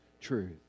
truth